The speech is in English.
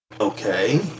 okay